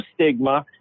stigma